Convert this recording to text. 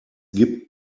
gibt